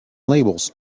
labels